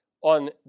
on